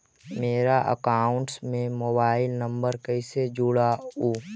मेरा अकाउंटस में mobile number कैसे जुड़उ?